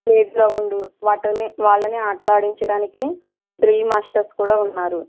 play ground వాటిని వాళ్ళని ఆటలు ఆడించడానికి డ్రిల్ మాస్టర్స్ కూడా ఉన్నారు